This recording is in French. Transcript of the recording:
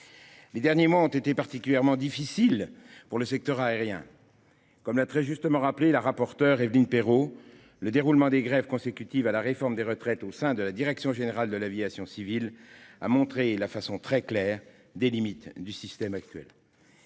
Ces derniers mois ont été particulièrement difficiles pour le secteur aérien. Comme l'a très justement rappelé la rapporteure, Évelyne Perrot, le déroulement des grèves consécutives à la réforme des retraites au sein de la direction générale de l'aviation civile a montré de façon très claire les limites du système actuel.